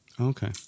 Okay